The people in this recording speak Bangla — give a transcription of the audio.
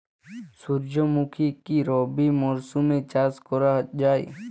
সুর্যমুখী কি রবি মরশুমে চাষ করা যায়?